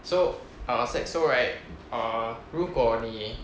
so err saxo right err 如果你